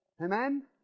Amen